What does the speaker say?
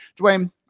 Dwayne